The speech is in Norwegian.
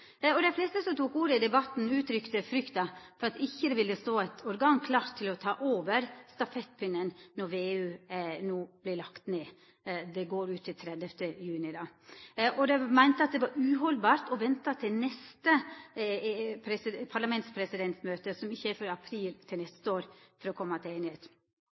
Dei fleste som tok ordet i debatten, uttrykte frykt for at det ikkje ville stå eit organ klart til å ta over stafettpinnen når VEU no vert lagd ned den 30. juni. Dei meinte det var uhaldbart å venta til neste parlamentspresidentmøte, som ikkje er før i april neste år, for å koma til einigheit.